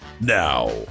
Now